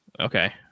Okay